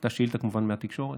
הייתה שאילתה כמובן מהתקשורת,